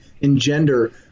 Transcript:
engender